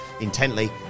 intently